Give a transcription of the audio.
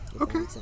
Okay